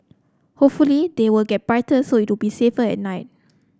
hopefully they will get brighter so it'll be safer at night